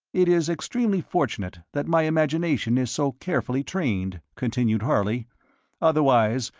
it is extremely fortunate that my imagination is so carefully trained, continued harley otherwise,